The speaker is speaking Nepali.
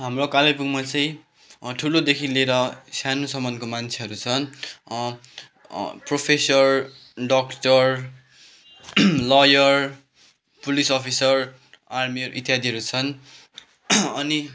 हाम्रो कालेबुङमा चाहिँ ठुलोदेखि लिएर सानोसम्मको मान्छेहरू छन् professor doctor lawyer police officer army इत्यादिहरू छन् अनि